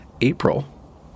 April